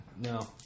No